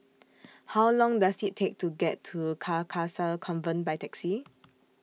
How Long Does IT Take to get to Carcasa Convent By Taxi